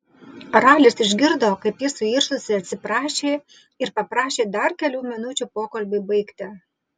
ralis išgirdo kaip ji suirzusi atsiprašė ir paprašė dar kelių minučių pokalbiui baigti